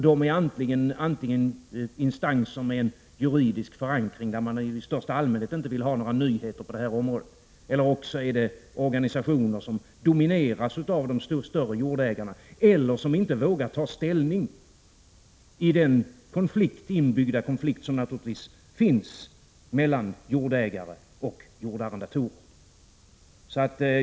De är antingen instanser med en juridisk förankring, vilka i största allmänhet inte vill ha några nyheter på detta område, eller också är det organisationer, som domineras av de större jordägarna och inte vågar ta ställning i den inbyggda konflikt som naturligtvis finns mellan jordägare och jordarrendatorer.